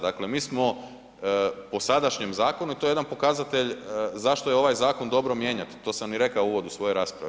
Dakle mi smo po sadašnjem zakonu i to je jedan pokazatelj zašto je ovaj zakon dobro mijenjati, to sam i rekao u uvodu svoje rasprave.